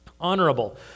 Honorable